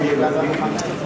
בילדים?